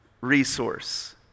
resource